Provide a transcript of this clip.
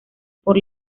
por